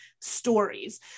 stories